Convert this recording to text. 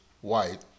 white